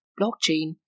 Blockchain